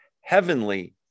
heavenly